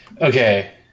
Okay